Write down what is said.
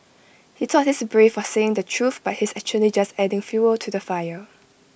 he thought he's brave for saying the truth but he's actually just adding fuel to the fire